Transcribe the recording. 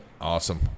Awesome